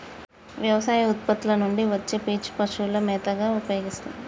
వ్యవసాయ ఉత్పత్తుల నుండి వచ్చే పీచు పశువుల మేతగా ఉపయోస్తారు